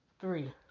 three